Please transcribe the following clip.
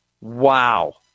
Wow